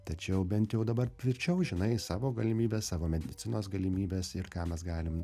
tačiau bent jau dabar tvirčiau žinai savo galimybes savo medicinos galimybes ir ką mes galim